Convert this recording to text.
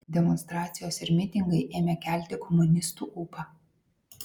demonstracijos ir mitingai ėmė kelti komunistų ūpą